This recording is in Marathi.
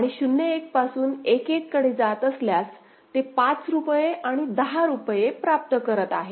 आणि 0 1 पासून 1 1 कडे जात असल्यास ते 5 रुपये आणि 10 रुपये प्राप्त करत आहे